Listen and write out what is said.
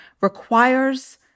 requires